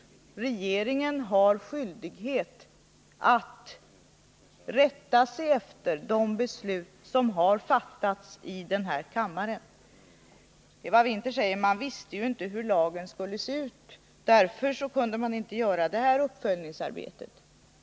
Regeringen har skyldighet att rätta sig efter de beslut som har fattats i kammaren. Eva Winther säger att man inte visste hur lagen skulle se ut och att man därför inte kunde utföra detta uppföljningsarbete.